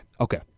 Okay